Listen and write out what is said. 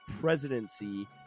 presidency